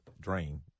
drain